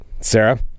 Sarah